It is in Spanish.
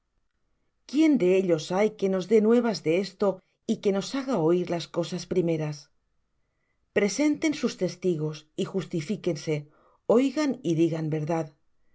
quién de ellos hay que nos dé nuevas de esto y que nos haga oir las cosas primeras presenten sus testigos y justifíquense oigan y digan verdad